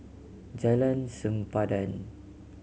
Jalan Sempadan